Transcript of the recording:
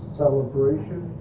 celebration